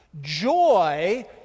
Joy